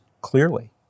clearly